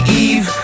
eve